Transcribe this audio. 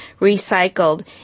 recycled